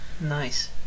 Nice